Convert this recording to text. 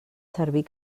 servir